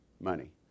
money